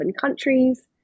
countries